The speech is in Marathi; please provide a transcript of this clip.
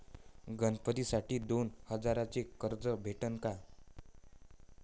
गणपतीसाठी दोन हजाराचे कर्ज भेटन का?